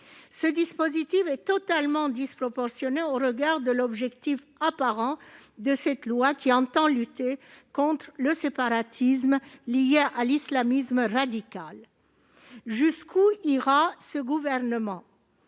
Ce dispositif est totalement disproportionné au regard de l'objectif apparent de cette loi, qui entend lutter contre le séparatisme lié à l'islamisme radical. Jusqu'où ira ce gouvernement ?